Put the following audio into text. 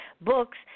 books